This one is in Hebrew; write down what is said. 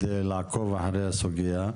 כדי לעקוב אחרי הסוגיה.